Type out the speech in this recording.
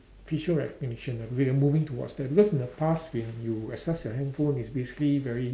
facial recognition we are moving towards there because in the past when you access your handphone it's basically very